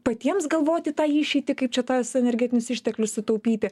patiems galvoti tą išeitį kaip čia tas energetinius išteklius sutaupyti